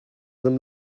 them